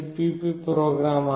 cpp program आहे